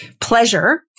Pleasure